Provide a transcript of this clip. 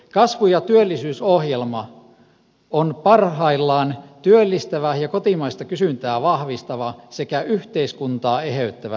kasvu ja työllisyysohjelma on parhaillaan työllistävä ja kotimaista kysyntää vahvistava sekä yhteiskuntaa eheyttävä yhteiskuntasopimus